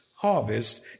harvest